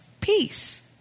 peace